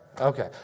Okay